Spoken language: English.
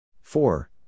Four